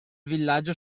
villaggio